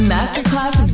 Masterclass